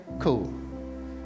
cool